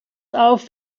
auf